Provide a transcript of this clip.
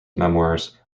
memoirs